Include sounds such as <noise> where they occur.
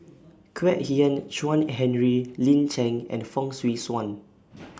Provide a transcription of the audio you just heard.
Kwek Hian Chuan Henry Lin Chen and Fong Swee Suan <noise>